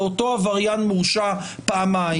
לאותו עבריין מורשע פעמיים,